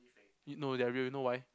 y~ no they're real you know why